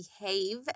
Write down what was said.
behave